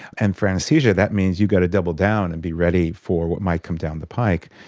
and for anaesthesia that means you've got to double down and be ready for what might come down the pike.